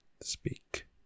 speak